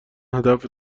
هدف